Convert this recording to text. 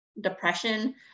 depression